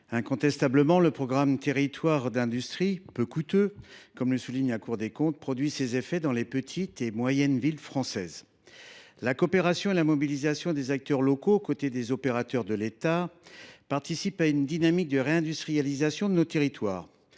ministre, le programme Territoires d’industrie, qui est peu coûteux, comme l’a souligné la Cour des comptes, produit incontestablement des effets dans les petites et moyennes villes françaises. La coopération et la mobilisation des acteurs locaux, aux côtés des opérateurs de l’État, contribuent à une dynamique de réindustrialisation de nos territoires.